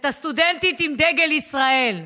את הסטודנטית עם דגל ישראל.